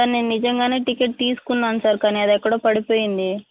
sir నేను నిజంగానే ticket తీసుకున్నాను సార్ కానీ అదెక్కడో పడిపోయింది